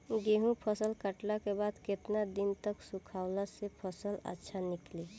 गेंहू फसल कटला के बाद केतना दिन तक सुखावला से फसल अच्छा निकली?